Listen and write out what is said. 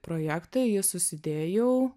projektą jį susidėjau